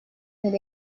del